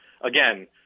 Again